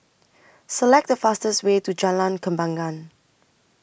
Select The fastest Way to Jalan Kembangan